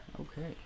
Okay